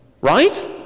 Right